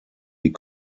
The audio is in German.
die